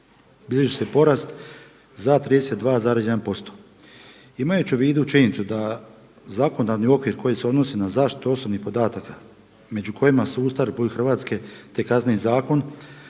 bilježi se porast za 32,1%. Imajući u vidu činjenicu da zakonodavni okvir koji se odnosi na zaštitu osobnih podataka među kojima su Ustav RH, te Kazneni zakon